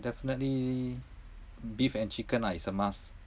definitely beef and chicken lah it's a must